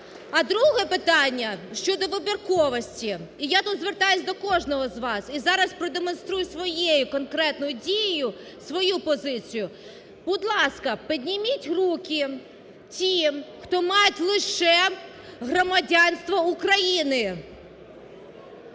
А друге питання – щодо вибірковості. І я тут звертаюсь до кожного з вас і зараз продемонструю своєю конкретною дією свою позицію. Будь ласка, підніміть руки ті, хто мають лише громадянство України.